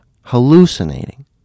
hallucinating